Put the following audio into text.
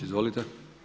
Izvolite.